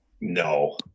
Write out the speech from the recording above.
no